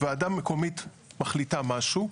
וועדה מקומית מחליטה משהו,